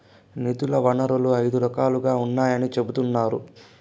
నిధుల వనరులు ఐదు రకాలుగా ఉన్నాయని చెబుతున్నారు